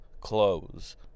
close